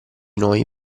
noi